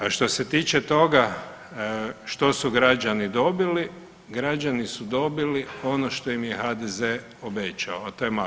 A što se tiče toga, što su građani dobili, građani su dobili ono što im je HDZ obećao, a to je magla.